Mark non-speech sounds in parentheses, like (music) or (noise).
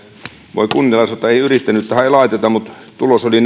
voin kunnialla sanoa että yrittänyttähän ei laiteta mutta tulos oli (unintelligible)